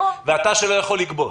ואתה שלא יכול לגבות.